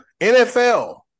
NFL